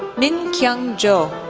min kyung jo,